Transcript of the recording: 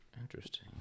Interesting